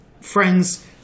friends